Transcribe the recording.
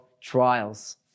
trials